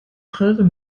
preuves